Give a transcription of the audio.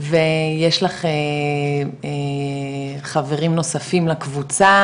ויש לך חברים נוספים לקבוצה?